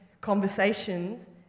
conversations